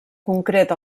concret